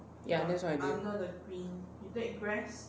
ya that's why I did